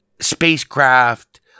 spacecraft